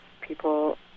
People